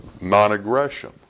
non-aggression